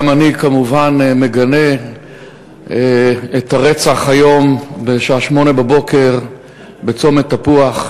גם אני כמובן מגנה את הרצח היום בשעה 08:00 בצומת תפוח,